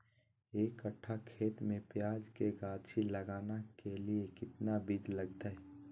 एक कट्ठा खेत में प्याज के गाछी लगाना के लिए कितना बिज लगतय?